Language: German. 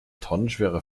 tonnenschwere